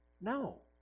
No